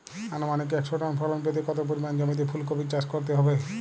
আনুমানিক একশো টন ফলন পেতে কত পরিমাণ জমিতে ফুলকপির চাষ করতে হবে?